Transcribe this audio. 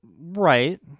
Right